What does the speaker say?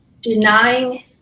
denying